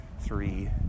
three